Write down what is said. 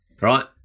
right